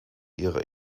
ihrer